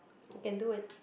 you can do it